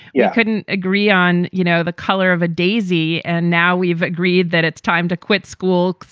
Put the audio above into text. you couldn't agree on, you know, the color of a daisy. and now we've agreed that it's time to quit school,